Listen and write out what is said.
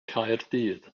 caerdydd